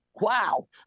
wow